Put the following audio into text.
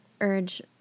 urge